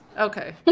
Okay